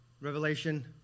Revelation